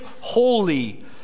holy